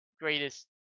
greatest